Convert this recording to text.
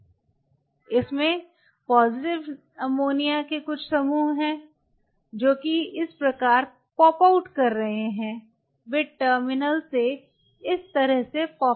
इसमें positive NH3 के कुछ समूह हैं जो कि इस प्रकार पॉप आउट कर रहे हैं वे टर्मिनल से इस तरह से पॉपिंग कर रहे हैं संदर्भ समय 0742